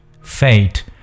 fate